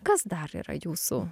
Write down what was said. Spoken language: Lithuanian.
kas dar yra jūsų